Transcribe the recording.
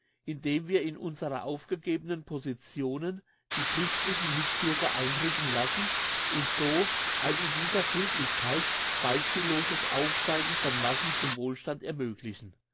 indem wir in unsere aufgegebenen positionen die christlichen mitbürger einrücken lassen und so ein in dieser friedlichkeit beispielloses aufsteigen von massen zum wohlstand ermöglichen